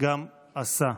שגם עשה.